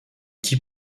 qui